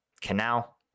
canal